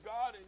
God